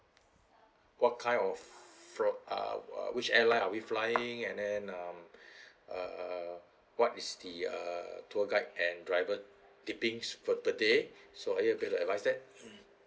what kind of fro~ uh uh which airline are we flying and then um err what is the err tour guide and driver tippings per per day so are you able to advise that